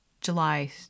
July